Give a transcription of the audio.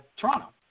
Toronto